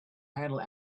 handle